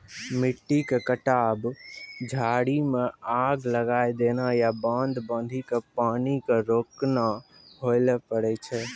मिट्टी के कटाव, झाड़ी मॅ आग लगाय देना या बांध बांधी कॅ पानी क रोकना होय ल पारै छो